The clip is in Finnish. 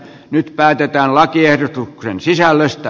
nyt päätetään lakiehdotuksen sisällöstä